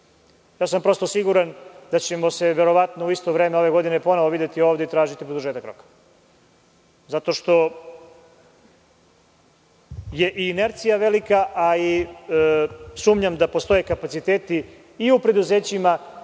posao završi? Siguran sam da ćemo se u isto vreme ove godine ponovo videti ovde i tražiti produžetak roka. Zato što je inercija velika, a i sumnjam da postoje kapaciteti u preduzećima